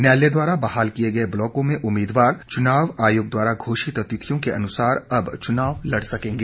न्यायालय द्वारा बहाल किये गए ब्लॉकों में उम्मीदवार चुनाव आयोग द्वारा घोषित तिथियों के अनुसार अब चुनाव लड़ सकेंगे